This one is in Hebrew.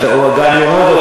אז אני אומר את זה,